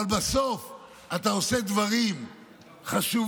אבל בסוף אתה עושה דברים חשובים